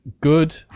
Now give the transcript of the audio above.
good